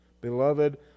Beloved